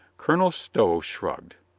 colonel stow shrugged.